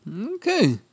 okay